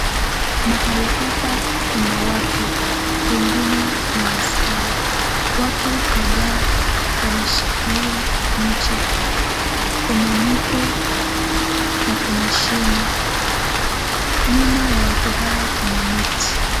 Mahali hapa kuna watu wengine ni askari. Watu kadhaa wameshikilia mche, kuna mwiko na kuna shimo nyuma ya watu hawa kuna miti.